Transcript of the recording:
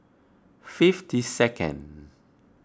fifty second